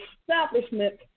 establishment